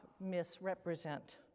misrepresent